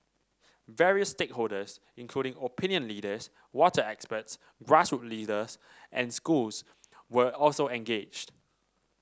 various stakeholders including opinion leaders water experts grassroot leaders and schools were also engaged